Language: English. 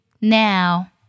now